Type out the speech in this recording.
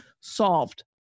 solved